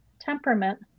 temperament